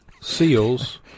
Seals